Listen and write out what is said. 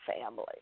family